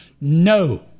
No